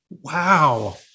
Wow